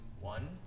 one